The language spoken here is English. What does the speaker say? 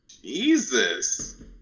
jesus